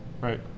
Right